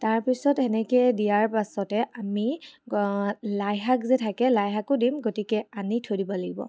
তাৰপিছত তেনেকৈ দিয়াৰ পাছতে আমি লাইশাক যে থাকে লাইশাকো দিম গতিকে আনি থৈ দিব লাগিব